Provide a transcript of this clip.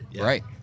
Right